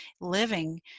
living